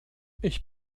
ich